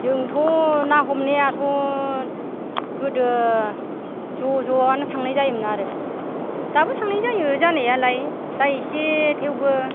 जोंथ' ना हमनायाथ' गोदो ज' ज'यानो थांनाय जायोमोन आरो दाबो थांनाय जायो जानायालाय दा इसे थेवबो